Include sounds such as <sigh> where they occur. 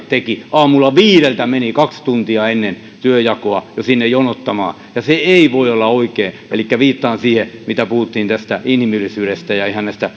<unintelligible> teki aamulta viideltä meni kaksi tuntia ennen työnjakoa jo sinne jonottamaan se ei voi olla oikein elikkä viitaan siihen mitä puhuttiin tästä inhimillisyydestä ja ihan näistä <unintelligible>